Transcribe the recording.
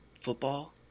football